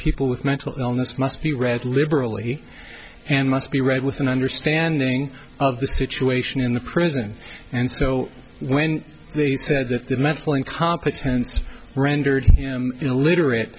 people with mental illness must be read liberally and must be read with an understanding of the situation in the prison and so when they said that the metal incompetence rendered him illiterate